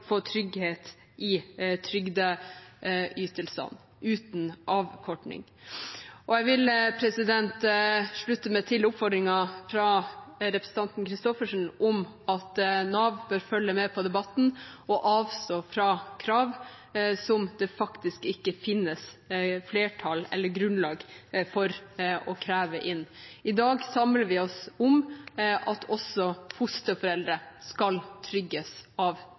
få trygghet i trygdeytelsene – uten avkorting. Jeg vil slutte meg til oppfordringen fra representanten Christoffersen om at Nav bør følge med på debatten og avstå fra krav som det faktisk ikke finnes flertall eller grunnlag for å kreve inn. I dag samler vi oss om at også fosterforeldre skal trygges av